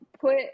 put